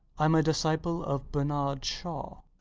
i'm a disciple of bernard shaw.